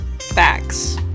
facts